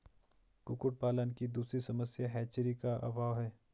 कुक्कुट पालन की दूसरी समस्या हैचरी का अभाव है